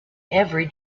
every